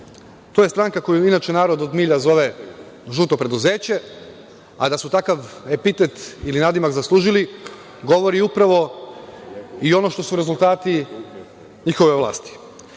je stranka koja inače, narod od milja zove „žuto preduzeće“, a da su takav epitet ili nadimak zaslužili govori upravo i ono što su rezultati njihove vlasti.